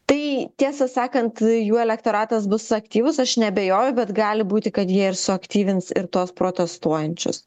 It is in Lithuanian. tai tiesą sakant jų elektoratas bus aktyvus aš neabejoju bet gali būti kad jie ir suaktyvins ir tuos protestuojančius